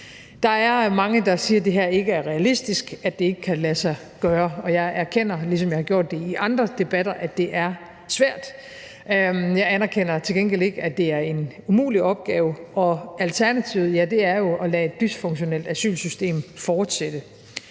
Der er mange, der siger, at det her ikke er realistisk, og at det ikke kan lade sig gøre. Og jeg erkender, ligesom jeg har gjort det i andre debatter, at det er svært. Jeg anerkender til gengæld ikke, at det er en umulig opgave, og alternativet er jo at lade et dysfunktionelt asylsystem fortsætte.